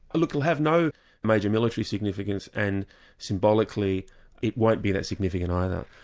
look it'll have no major military significance and symbolically it won't be that significant either.